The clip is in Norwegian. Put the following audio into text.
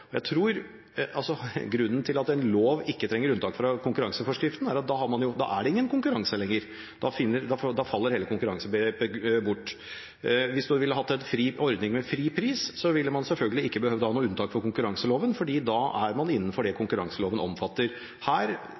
Grunnen til at en lov ikke trenger unntak fra konkurranseforskriften, er at da er det ingen konkurranse lenger, da faller hele konkurransebegrepet bort. Hvis man ville ha en ordning med fri pris, ville man selvfølgelig ikke behøve å ha noe unntak fra konkurranseloven, for da er man innenfor det konkurranseloven omfatter. Her